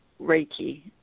Reiki